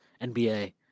NBA